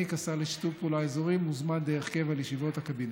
כשר לשיתוף פעולה אזורי מוזמן דרך קבע לישיבות הקבינט.